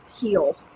heal